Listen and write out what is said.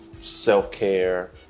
self-care